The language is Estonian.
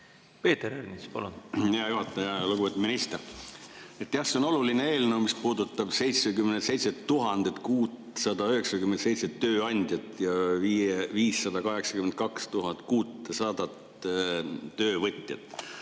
Peeter Ernits, palun! Hea juhataja! Lugupeetud minister! Jah, see on oluline eelnõu, mis puudutab 77 697 tööandjat ja 582 600 töövõtjat.